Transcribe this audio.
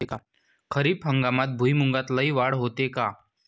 खरीप हंगामात भुईमूगात लई वाढ होते का?